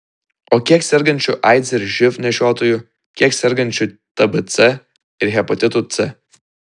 o kiek sergančių aids ir živ nešiotojų kiek sergančių tbc ir hepatitu c